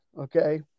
okay